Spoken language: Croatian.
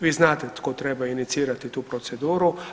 Vi znadete tko treba inicirati tu proceduru.